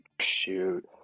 Shoot